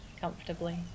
comfortably